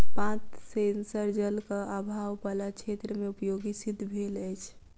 पात सेंसर जलक आभाव बला क्षेत्र मे उपयोगी सिद्ध भेल अछि